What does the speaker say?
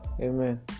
Amen